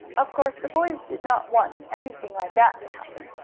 of course the boys did not want anything like that to happen,